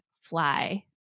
fly